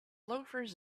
loafers